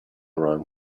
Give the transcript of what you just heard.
wrong